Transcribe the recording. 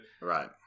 Right